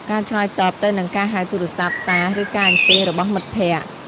ការឆ្លើយតបទៅនឹងការហៅទូរស័ព្ទ សារ ឬការអញ្ជើញរបស់មិត្តភក្តិ។